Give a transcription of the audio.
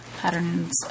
patterns